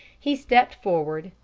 he stepped forward,